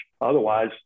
Otherwise